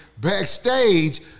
backstage